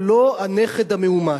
ולא הנכד המאומץ,